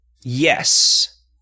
Yes